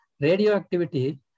radioactivity